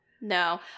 no